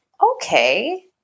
okay